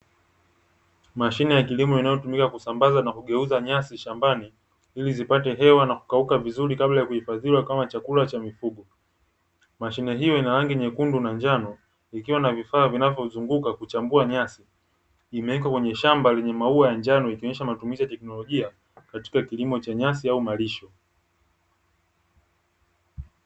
Mashine ya kilimo inayotumika kusambaza na kugeuza nyasi shambani ili zipate hewa kukauka vizuri, kabla ya kutumika kama chakula cha mifugo. Mashine hiyo ina rangi nyekundu na njano ikiwa na vifaa vya kuchambua nyasi ikiwekwa katika shamba lenye maua ya njano ikionyesha matumizi ya kitenolojia